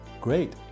Great